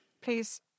Please